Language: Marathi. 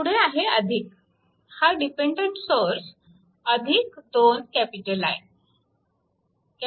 पुढे आहे हा डिपेन्डन्ट सोर्स 2I